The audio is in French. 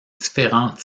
différents